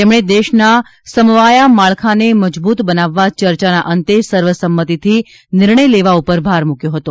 તેમણે દેશના સમવાયા માળખાને મજબૂત બનાવવા ચર્ચાના અંતે સર્વસંમતીથી નિર્ણય લેવા ઉપર ભાર મૂક્યો હતો